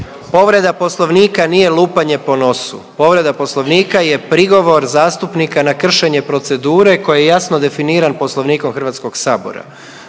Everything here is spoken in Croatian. povreda Poslovnika nije lupanje po nosu. Povreda Poslovnika je prigovor zastupnika na kršenje procedure koja je jasno definiran Poslovnikom Hrvatskog sabora.